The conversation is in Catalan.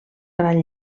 gran